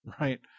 right